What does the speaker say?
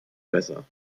besser